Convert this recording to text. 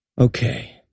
Okay